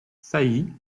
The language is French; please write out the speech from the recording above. sailly